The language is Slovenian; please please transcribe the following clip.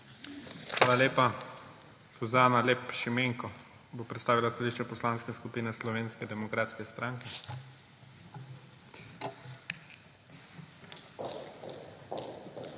Hvala lepa. Suzana Lep Šimenko bo predstavila stališče Poslanske skupine Slovenske demokratske stranke.